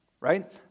right